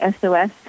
SOS